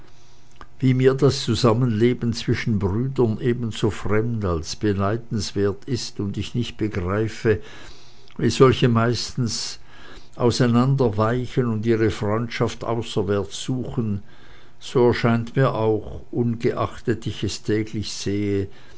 wie mir das zusammenleben zwischen brüdern ebenso fremd als beneidenswert ist und ich nicht begreife wie solche meistens auseinanderweichen und ihre freundschaft außerwärts suchen so erscheint mir auch ungeachtet ich es täglich sehe